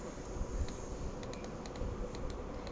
I guess